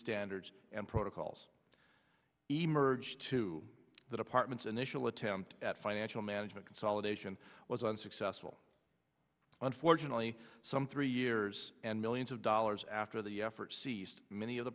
standards and protocols emerge to the department's initial attempt at financial management consolidation was unsuccessful unfortunately some three years and millions of dollars after the efforts ceased many of the